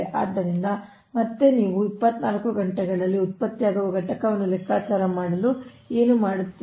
ಆದ್ದರಿಂದ ಮತ್ತೆ ನೀವು 24 ಗಂಟೆಗಳಲ್ಲಿ ಉತ್ಪತ್ತಿಯಾಗುವ ಘಟಕಗಳನ್ನು ಲೆಕ್ಕಾಚಾರ ಮಾಡಲು ಏನು ಮಾಡುತ್ತೀರಿ